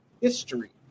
history